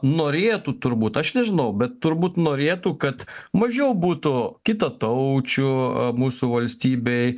norėtų turbūt aš nežinau bet turbūt norėtų kad mažiau būtų kitataučių mūsų valstybėj